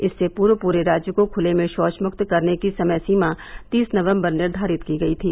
इससे पूर्व पूरे राज्य को खुले में षौच मुक्त करने की समय सीमा तीस नवम्बर निर्धारित की गई थी